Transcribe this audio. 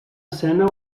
escena